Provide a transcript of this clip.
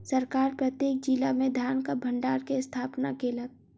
सरकार प्रत्येक जिला में धानक भण्डार के स्थापना केलक